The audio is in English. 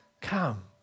Come